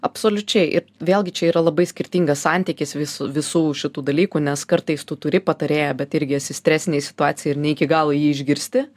absoliučiai ir vėlgi čia yra labai skirtingas santykis visų visų šitų dalykų nes kartais tu turi patarėją bet irgi esi stresinėj situacijoj ir ne iki galo jį išgirsti